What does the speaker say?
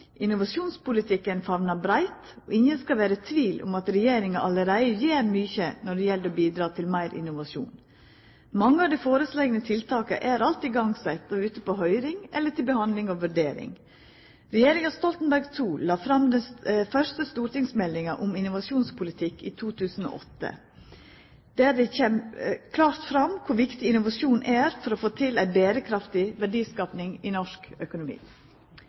Innovasjonspolitikken famnar breitt, og ingen skal vera i tvil om at regjeringa allereie gjer mykje når det gjeld å bidra til meir innovasjon. Mange av dei foreslegne tiltaka er alt sette i gang, er ute på høyring eller er til behandling og vurdering. Regjeringa Stoltenberg II la fram den første stortingsmeldinga om innovasjonspolitikk i 2008, der det kjem klart fram kor viktig innovasjon er for å få til ei berekraftig verdiskaping i norsk økonomi.